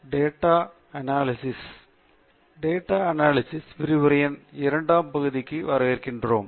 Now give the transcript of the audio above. data analysis விரிவுரையின் இரண்டாம் பகுதிக்கு வரவேற்கிறோம்